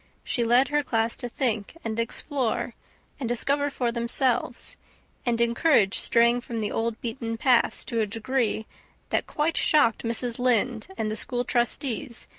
she led her class to think and explore and discover for themselves and encouraged straying from the old beaten paths to a degree that quite shocked mrs. lynde and the school trustees,